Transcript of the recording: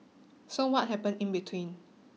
so what happened in between